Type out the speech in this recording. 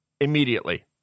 immediately